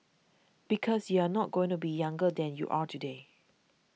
because you are not going to be younger than you are today